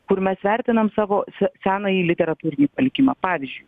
kur mes vertinam savo senąjį literatūrinį palikimą pavyzdžiui